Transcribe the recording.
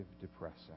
depressing